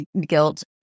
guilt